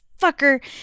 fucker